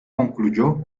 concluyó